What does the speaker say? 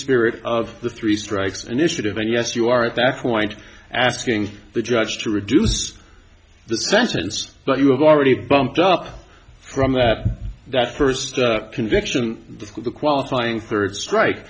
spirit of the three strikes and initiative and yes you are at that point asking the judge to reduce the sentence but you have already bumped up from that that first conviction of the qualifying third strike